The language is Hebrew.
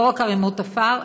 לא רק ערמות עפר,